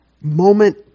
moment